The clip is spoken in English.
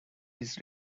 his